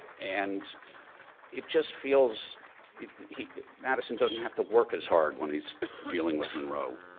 and it just feels he madison doesn't have to work as hard when he's dealing with monroe.